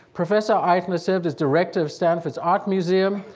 professor eitner served as director of stanford's art museum,